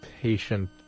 patient